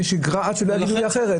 עד שלא יגידו לי אחרת.